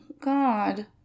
God